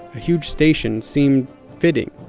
a huge station seemed fitting.